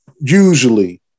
Usually